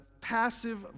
passive